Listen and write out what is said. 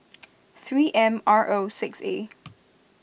three M R O six A